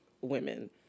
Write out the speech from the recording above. women